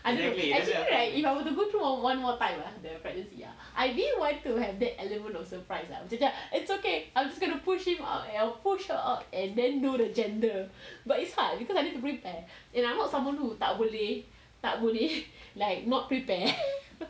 I don't know actually right if I were to go through one more time ah the pregnancy ah I really want to have that element of surprise lah it's okay I'm just gonna push him up or push her out and then know the gender but it's hard because I need to prepare and I'm not someone who will tak boleh tak boleh like not prepare